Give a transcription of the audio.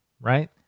right